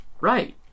Right